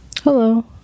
Hello